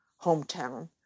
hometown